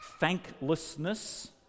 thanklessness